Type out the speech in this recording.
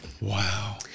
Wow